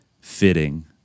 fitting